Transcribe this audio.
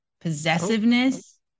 possessiveness